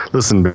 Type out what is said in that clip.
Listen